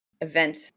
event